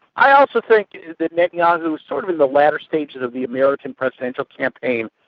i also think that netanyahu, sort of in the latter stages of the american presidential campaign,